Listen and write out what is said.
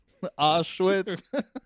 Auschwitz